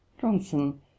johnson